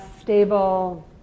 stable